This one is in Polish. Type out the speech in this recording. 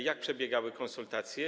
Jak przebiegały konsultacje?